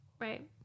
Right